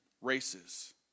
races